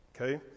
Okay